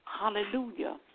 Hallelujah